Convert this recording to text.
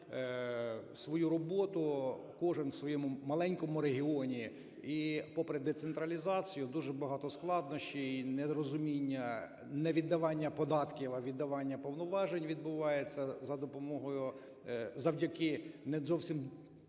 свою роботу, кожний у своєму маленькому регіоні, і попри децентралізацію, дуже багато складнощей і нерозуміння, невіддавання податків, а віддавання повноважень відбувається за допомогою…